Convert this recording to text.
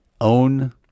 own